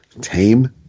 tame